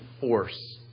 force